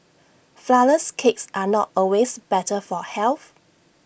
Flourless Cakes are not always better for health